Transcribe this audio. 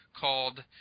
called